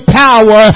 power